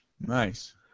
Nice